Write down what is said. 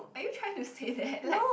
are you trying to say that like